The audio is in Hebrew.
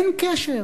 אין קשר,